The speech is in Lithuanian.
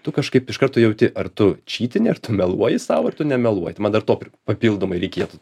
tu kažkaip iš karto jauti ar tu čytinti ar tu meluoji sau ar tu nemeluoji tai man dar to papildomai reikėtų